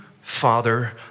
father